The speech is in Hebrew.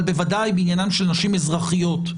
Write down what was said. אבל בוודאי בעניינן של נשים אזרחיות,